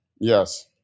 Yes